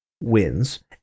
wins